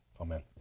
Amen